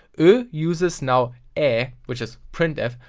oe uses now ae, which is printf,